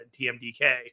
TMDK